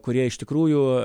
kurie iš tikrųjų